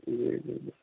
जी जी जी